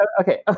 okay